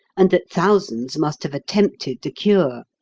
and that thousands must have attempted the cure.